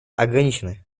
ограничены